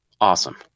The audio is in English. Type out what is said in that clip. awesome